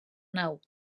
nau